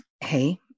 hey